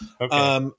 Okay